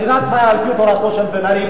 חבר הכנסת מולה, לא להפריע.